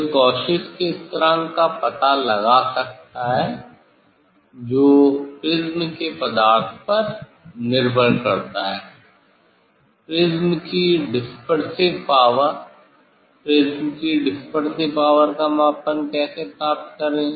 कोई Cauchy's के स्थिरांक का पता लगा सकता है जो प्रिज्म के पदार्थ पर निर्भर करता है प्रिज्म की डिसपेरसीव पावर प्रिज्म की डिसपेरसीव पावर का मापन कैसे प्राप्त करे